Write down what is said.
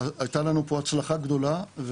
הייתה לנו פה הצלחה גדולה,